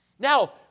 Now